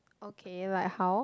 okay like how